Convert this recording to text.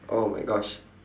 oh my gosh